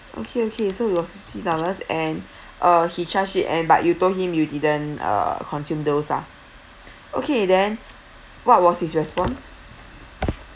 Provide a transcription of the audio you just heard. okay okay so it was fifty dollars and uh he charged it and but you told him you didn't uh consume those lah okay then what was his response